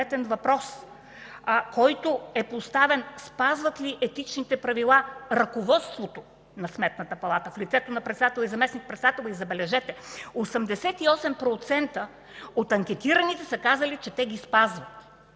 въпрос, който е поставен: спазват ли Етичните правила ръководството на Сметната палата в лицето на председателя и заместник-председателя? И забележете, 88% от анкетираните са казали, че те ги спазват.